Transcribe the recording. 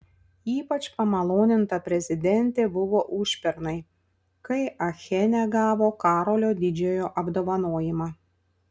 ypač pamaloninta prezidentė buvo užpernai kai achene gavo karolio didžiojo apdovanojimą